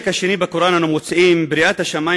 בפרק השני בקוראן אני מוצאים: בריאת השמים